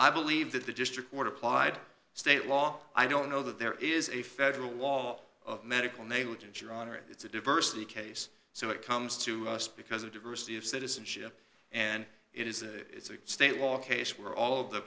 i believe that the district court applied state law i don't know that there is a federal law of medical negligence your honor it's a diversity case so it comes to us because of diversity of citizenship and it is a state law case where all